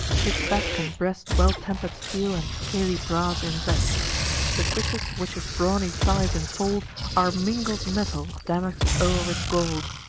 his back and breast well-temper'd steel and scaly brass invest the cuishes which his brawny thighs infold are mingled metal damask'd o'er with gold.